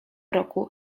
roku